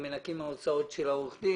אני מקבל את זה.